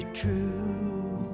true